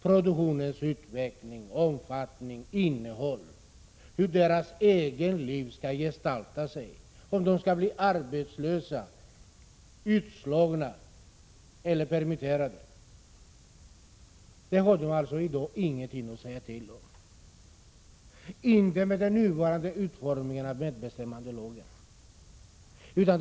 Produktionens utveckling, omfattning och innehåll, hur deras eget liv skall gestalta sig, om de skall bli arbetslösa, utslagna eller permitterade — det har de i dag ingenting att säga till om med den nuvarande utformningen av medbestämmandelagen.